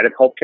healthcare